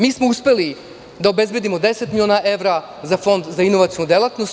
Mi smo uspeli da obezbedimo 10 miliona evra za Fond za inovacionu delatnost.